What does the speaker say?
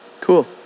Cool